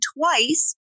twice